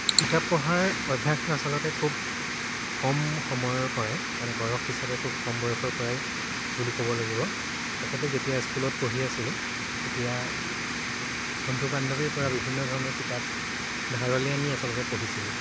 কিতাপ পঢ়াৰ অভ্যাসটো আচলতে খুব কম সময়ৰ পৰাই মানে বয়স হিচাপে খুব কম বয়সৰ পৰাই বুলি ক'ব লাগিব আগতে যেতিয়া স্কুলত পঢ়ি আছিলোঁ তেতিয়া বন্ধু বান্ধৱীৰ পৰা বিভিন্ন ধৰণৰ কিতাপ ধাৰলৈ আনি আচলতে পঢ়িছিলোঁ